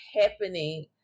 happening